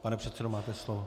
Pane předsedo, máte slovo.